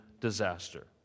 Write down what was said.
disaster